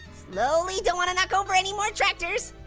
slowly. don't wanna knock over any more tractors.